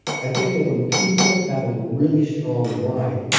i think that when people have a really strong why,